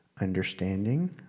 understanding